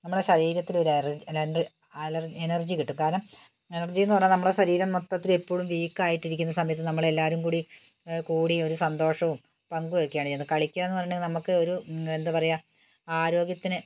നമ്മടെ ശരീരത്തിലൊരു എനർജി കിട്ടും കാരണം എനർജീയെന്നു പറഞ്ഞാൽ നമ്മുടെ ശരീരം മൊത്തത്തിലെപ്പൊഴും വീക്കായിട്ടിരിക്കുന്ന സമയത്ത് നമ്മളെല്ലാരും കൂടി കൂടി ഒരു സന്തോഷവും പങ്കുവയ്ക്കുകയാണ് ചെയ്യുന്നത് കളിക്കാമെന്നു പറഞ്ഞെങ്കിൽ നമ്മൾക്ക് ഒരു എന്താ പറയുക ആരോഗ്യത്തിന്